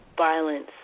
violence